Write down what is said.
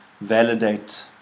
validate